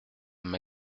m’a